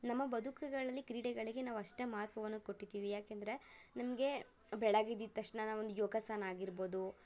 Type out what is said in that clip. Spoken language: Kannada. ನಮ್ಮ ಬದುಕುಗಳಲ್ಲಿ ಕ್ರೀಡೆಗಳಿಗೆ ನಾವಷ್ಟೇ ಮಹತ್ವವನ್ನು ಕೊಟ್ಟಿದ್ದೀವಿ ಯಾಕೆಂದರೆ ನಮಗೆ ಬೆಳಗ್ಗೆ ಎದ್ದಿದ ತಕ್ಷಣ ನಾವೊಂದು ಯೋಗಾಸನ ಆಗಿರ್ಬೋದು